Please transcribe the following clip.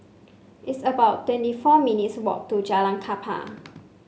it's about twenty four minutes' walk to Jalan Kapal